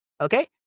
Okay